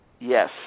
Yes